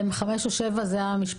מדובר על 5 או על 7 שנים?